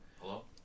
Hello